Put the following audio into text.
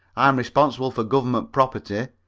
i'm responsible for government property,